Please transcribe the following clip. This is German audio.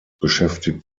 beschäftigt